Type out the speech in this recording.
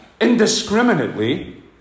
indiscriminately